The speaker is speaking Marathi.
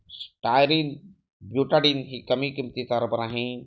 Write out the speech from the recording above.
स्टायरीन ब्यूटाडीन हा कमी किंमतीचा रबर आहे